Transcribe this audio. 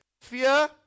fear